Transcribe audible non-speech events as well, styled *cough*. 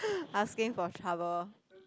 *breath* asking for trouble